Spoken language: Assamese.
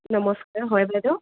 নমস্কাৰ হয় বাইদেউ